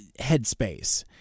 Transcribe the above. headspace